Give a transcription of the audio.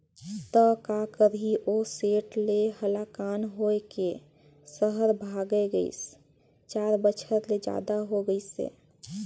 त का करही ओ सेठ ले हलाकान होए के सहर भागय गइस, चार बछर ले जादा हो गइसे